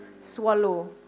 swallow